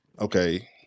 okay